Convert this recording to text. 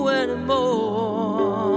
anymore